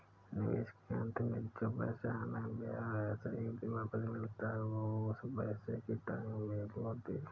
निवेश के अंत में जो पैसा हमें ब्याह सहित वापस मिलता है वो उस पैसे की टाइम वैल्यू होती है